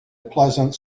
pleasant